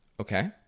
Okay